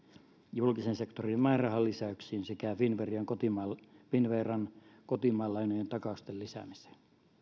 julkisen sektorin määrärahalisäyksiin sekä finnveran kotimaan finnveran kotimaan lainojen takausten lisäämiseen